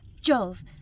Jove